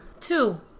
two